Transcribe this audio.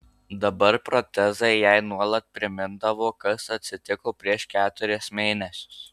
dabar protezai jai nuolat primindavo kas atsitiko prieš keturis mėnesius